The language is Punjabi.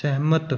ਸਹਿਮਤ